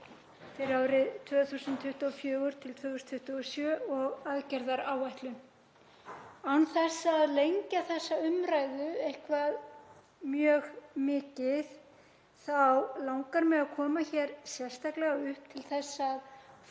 fyrir árin 2024–2027 og aðgerðaáætlun. Án þess að lengja þessa umræðu mjög mikið þá langar mig að koma hér sérstaklega upp til að